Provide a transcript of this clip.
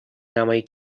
نمایی